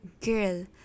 girl